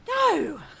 No